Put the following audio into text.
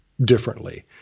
differently